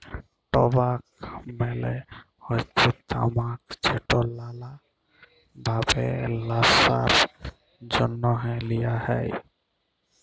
টবাক মালে হচ্যে তামাক যেট লালা ভাবে ল্যাশার জ্যনহে লিয়া হ্যয়